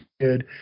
good